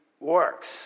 works